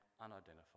unidentified